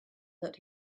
that